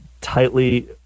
tightly